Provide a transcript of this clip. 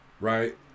Right